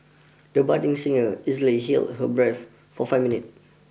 the budding singer easily held her breath for five minutes